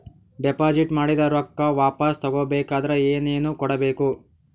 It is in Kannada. ಡೆಪಾಜಿಟ್ ಮಾಡಿದ ರೊಕ್ಕ ವಾಪಸ್ ತಗೊಬೇಕಾದ್ರ ಏನೇನು ಕೊಡಬೇಕು?